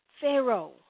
Pharaoh